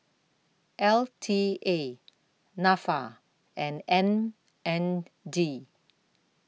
L T A Nafa and M N D